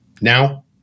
Now